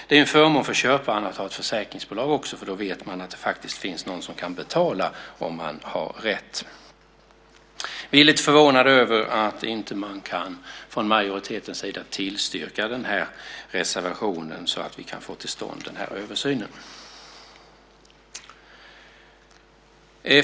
Det är en förmån för köparen att ha ett försäkringsbolag att vända sig till, för då vet man att det finns någon som kan betala om man har rätt. Vi är lite förvånade över att man från majoritetens sida inte kan tillstyrka förslaget i reservationen så att vi kan få till stånd den här översynen.